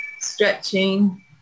stretching